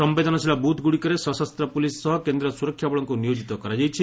ସମେଦନଶୀଳ ବୁଥ୍ଗୁଡ଼ିକରେ ସଶସ୍ତ ପୁଲିସ୍ ସହ କେନ୍ଦ୍ରୀୟ ସୁରକ୍ଷା ବଳଙ୍କୁ ନିୟୋକିତ କରାଯାଇଛି